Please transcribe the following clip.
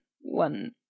one